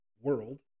world